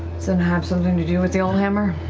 so it have something to do with the allhammer?